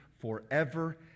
forever